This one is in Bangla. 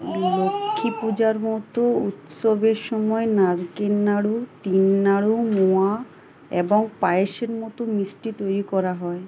লক্ষ্মী পূজার মতো উৎসবের সমায় নারকেল নাড়ু তিল নাড়ু মোয়া এবং পায়েসের মতো মিষ্টি তৈরি করা হয়